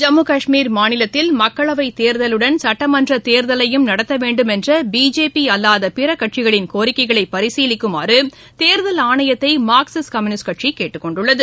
ஜம்மு கஷ்மீர் மாநிலத்தில் மக்களவை தேர்தலுடன் சட்டமன்ற தேர்தவையும் நடத்த வேண்டும் என்ற பிஜேபி அல்லாத பிற கட்சிகளின் கோரிக்கைகளை பரிசீலிக்குமாறு தேர்தல் ஆணையத்தை மார்க்சிஸ்ட் கம்யூனிஸ்ட் கட்சி கேட்டுக்கொண்டுள்ளது